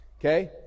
Okay